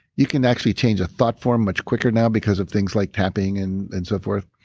you can actually change a thought form much quicker now because of things like tapping and and so forth.